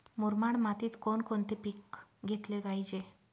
मुरमाड मातीत कोणकोणते पीक घेतले पाहिजे?